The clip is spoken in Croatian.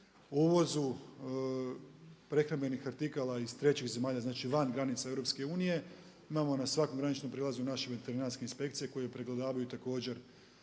uvozu prehrambenih artikala iz trećih zemalja, znači van granica EU imamo na svakom graničnom prijelazu naše veterinarske inspekcije koje pregledavaju također